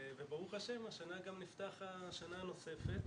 וברוך השם השנה גם נפתחה השנה הנוספת